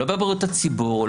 לא בבריאות הציבור,